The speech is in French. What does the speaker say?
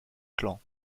clan